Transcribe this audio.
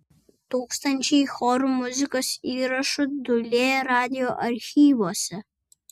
tūkstančiai chorų muzikos įrašų dūlėja radijo archyvuose